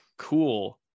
cool